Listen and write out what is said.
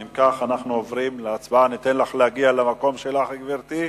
לכן, אנחנו נעבור להצבעה.